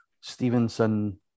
Stevenson